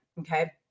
Okay